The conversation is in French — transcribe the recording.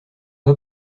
pas